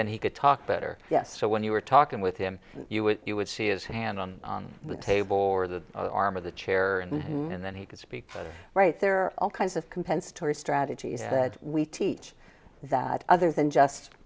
then he could talk better yes so when you were talking with him you would you would see his hand on the table or the arm of the chair and then he could speak right there are all kinds of compensatory strategies that we teach that other than just